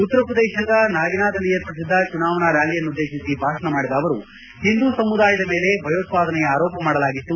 ಉತ್ತರ ಪ್ರದೇಶದ ನಾಗೀನಾದಲ್ಲಿ ಏರ್ಪಡಿಸಿದ್ದ ಚುನಾವಣಾ ರ್ಯಾಲಿಯನ್ನುದ್ದೇತಿಸಿ ಭಾಷಣ ಮಾಡಿದ ಅವರು ಹಿಂದು ಸಮುದಾಯದ ಮೇಲೆ ಭಯೋತ್ಪಾದನೆಯ ಆರೋಪ ಮಾಡಲಾಗಿತ್ತು